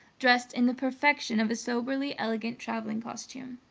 dressed in the perfection of a soberly elegant traveling costume.